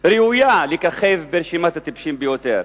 ראויה לככב ברשימת הטיפשים ביותר.